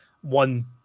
one